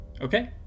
okay